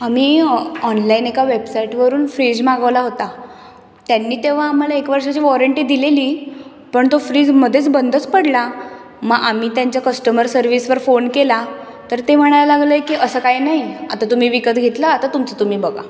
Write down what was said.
आम्ही ऑनलाईन एका वेबसाईट वरून फ्रीझ मागवला होता त्यांनी तेव्हा आम्हाला एक वर्षाची वॉरंटी दिलेली पण तो फ्रीझ मध्येच बंदच पडला मग आम्ही त्यांच्या कस्टमर सर्व्हिसवर फोन केला तर ते म्हणायला लागले की असं काही नाही आता तुम्ही विकत घेतला आता तुमचं तुम्ही बघा